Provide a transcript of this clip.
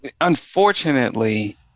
Unfortunately